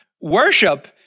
Worship